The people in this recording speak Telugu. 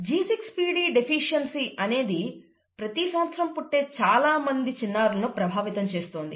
G6PD డెఫిషియన్సీ అనేది ప్రతి సంవత్సరం పుట్టే చాలామంది చిన్నారులను ప్రభావితం చేస్తోంది